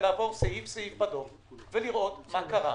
לעבור סעיף-סעיף בדוח ולראות מה קרה,